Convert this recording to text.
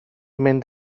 mynd